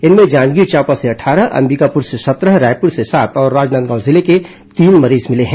इनमें जांजगीर चांपा से अट्ठारह अंबिकापुर से सत्रह रायपुर से सात और राजनांदगांव जिले से तीन मरीज मिले हैं